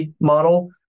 model